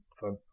fun